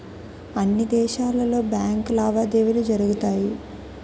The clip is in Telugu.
అన్ని దేశాలలో బ్యాంకు లావాదేవీలు జరుగుతాయి